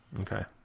Okay